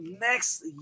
next